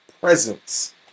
presence